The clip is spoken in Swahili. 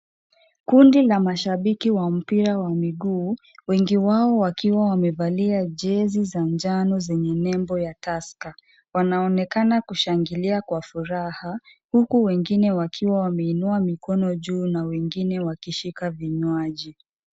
Kundi la mashabiki wa mpira wa miguu wengi wao wakiwa wamevalia jezi za njano zenye nembo ya Tusker, wanaonekana kushangilia kwa furaha huku wengine wakiwa wameinua mikono juu na wengine wakishika vinywaji.